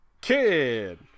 Kid